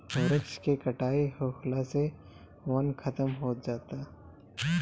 वृक्ष के कटाई होखला से वन खतम होत जाता